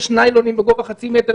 יש ניילונים בגובה חצי מטר